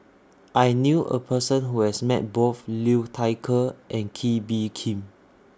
I knew A Person Who has Met Both Liu Thai Ker and Kee Bee Khim